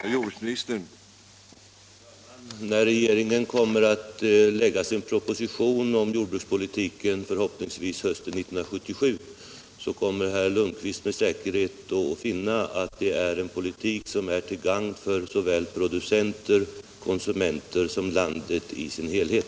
Herr talman! När regeringen kommer att lägga fram sin proposition om jordbrukspolitiken, förhoppningsvis hösten 1977, kommer herr Lundkvist med säkerhet att finna att det är en politik som är till gagn för såväl producenter och konsumenter som landet i dess helhet.